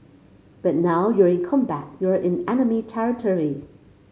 but now you're in combat you're in enemy territory